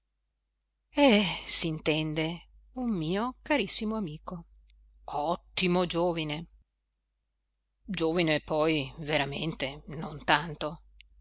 è s'intende un mio carissimo amico ottimo giovine giovine poi veramente non tanto